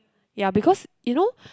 ya because you know